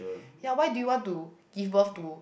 ya why do you want to give birth to